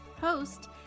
host